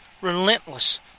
relentless